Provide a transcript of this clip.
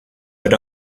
but